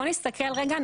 בואו נסתכל רגע,